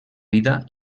vida